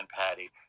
Patty